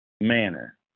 manner